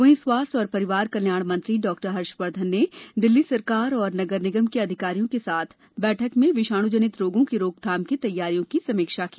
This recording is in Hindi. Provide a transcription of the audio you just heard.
वहीं स्वास्थ्य और परिवार कल्याण मंत्री डॉक्टर हर्षवर्धन ने दिल्ली सरकार और नगर निगम के अधिकारियों के साथ बैठक में विषाणु जनित रोगों की रोकथाम की तैयारियों की समीक्षा की